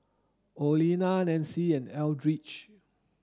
Olena Nanci and Eldridge